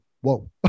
whoa